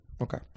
Okay